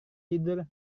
tidur